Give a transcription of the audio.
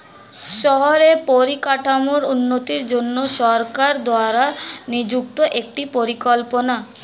শহরের পরিকাঠামোর উন্নতির জন্য সরকার দ্বারা নিযুক্ত একটি পরিকল্পনা